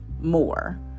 more